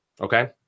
Okay